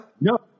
No